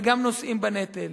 וגם נושאים בנטל.